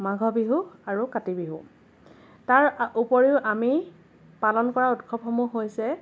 মাঘ বিহু আৰু কাতি বিহু তাৰ উপৰিও আমি পালন কৰা উৎসৱসমূহ হৈছে